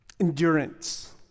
endurance